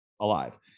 alive